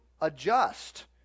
adjust